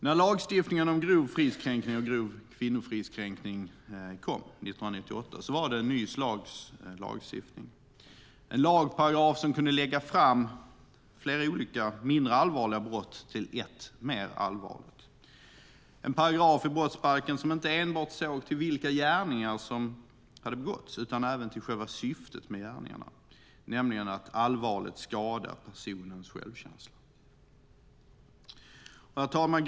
När lagstiftningen om grov fridskränkning och grov kvinnofridskränkning kom 1998 var den ett nytt slags lagstiftning. Det var en lagparagraf som gjorde att man kunde lägga samman flera mindre allvarliga brott till ett mer allvarligt brott. Det var en paragraf i brottsbalken som inte enbart såg till vilka gärningar som hade begåtts utan även till själva syftet med gärningarna, nämligen att allvarligt skada personens självkänsla. Herr talman!